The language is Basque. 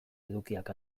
edukiak